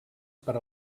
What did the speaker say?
per